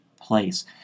place